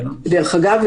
דרך אגב,